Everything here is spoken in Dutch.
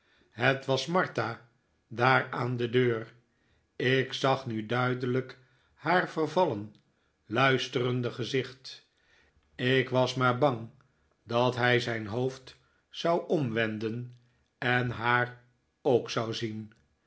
het was martha daar aan de deur ik zag nu duidelijk haar vervallen luisterende gezicht ik was maar bang dat hij zijn hoofd zou omwenden en haar ook zou zien